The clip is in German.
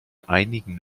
einigen